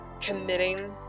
committing